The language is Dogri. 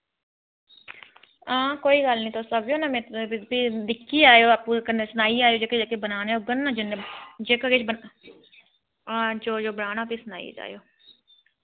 हां कोई गल्ल नेईं तुस आवेओ ना मैं तुसें फ्ही दिक्खी आएओ आप्पू कन्नै सनाई आएओं जेह्के जेह्के बनाने होगन ना जिन्ने जेह्का किश बन हां जो जो बनाना फ्ही सनाई जाएओ